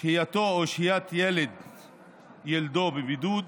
שהייתו או שהיית ילדו בבידוד.